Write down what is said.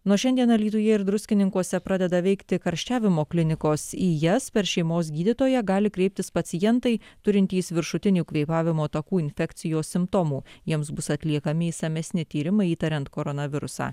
nuo šiandien alytuje ir druskininkuose pradeda veikti karščiavimo klinikos į jas per šeimos gydytoją gali kreiptis pacientai turintys viršutinių kvėpavimo takų infekcijos simptomų jiems bus atliekami išsamesni tyrimai įtariant koronavirusą